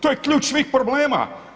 To je ključ svih problema.